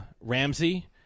Ramsey